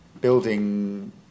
building